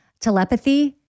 telepathy